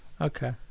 Okay